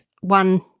one